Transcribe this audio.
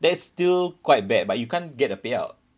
that's still quite bad but you can't get a payout